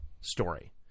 story